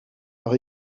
par